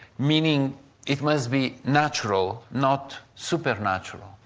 meaning it must be natural, not supernatural.